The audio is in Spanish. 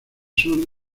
sur